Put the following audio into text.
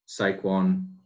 Saquon